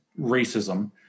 racism